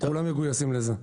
כולם מגויסים לזה.